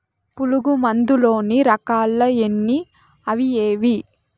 పులుగు మందు లోని రకాల ఎన్ని అవి ఏవి?